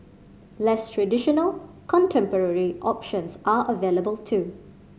less traditional contemporary options are available too